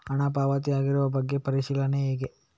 ಹಣ ಪಾವತಿ ಆಗಿರುವ ಬಗ್ಗೆ ಪರಿಶೀಲನೆ ಹೇಗೆ?